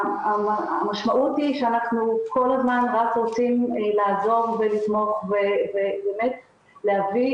המשמעות היא שאנחנו כל הזמן רק רוצים לעזור ולתמוך ובאמת להביא